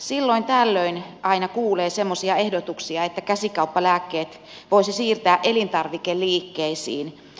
silloin tällöin aina kuulee semmoisia ehdotuksia että käsikauppalääkkeet voisi siirtää elintarvikeliikkeisiin